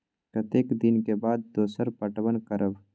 कतेक दिन के बाद दोसर पटवन करब?